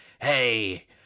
hey